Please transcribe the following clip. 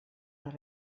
les